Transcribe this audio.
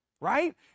right